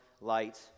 light